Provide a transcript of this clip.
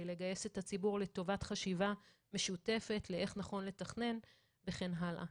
לגייס את הציבור לטובת חשיבה משותפת איך נכון תכנן וכן הלאה.